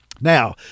Now